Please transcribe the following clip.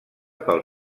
pel